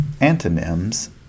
Antonyms